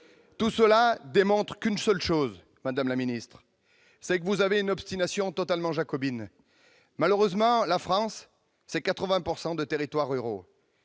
Tout cela ne démontre qu'une seule chose, c'est que vous avez une obstination totalement jacobine. Malheureusement pour vous, la France, c'est 80 % de territoires ruraux